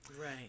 Right